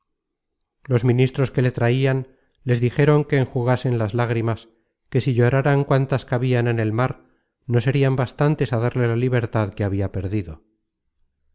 los ministros que le traian les dijeron que enjugasen las lágrimas que si lloraran cuantas cabian en el mar no serian bastantes á darle la libertad que habia perdido